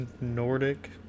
Nordic